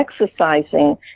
exercising